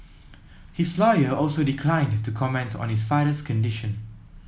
his lawyer also declined to comment on the father's condition